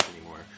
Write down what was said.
anymore